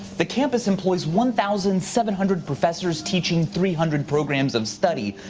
the campus employs one thousand seven hundred professors, teaching three hundred programs of study,